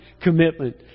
commitment